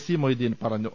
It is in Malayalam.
സി മൊയ്തീൻ പറഞ്ഞു